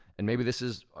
and maybe this is,